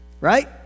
Right